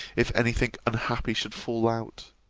if any thing unhappy should fall out.